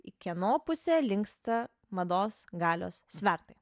į kieno pusę linksta mados galios svertai